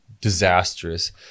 disastrous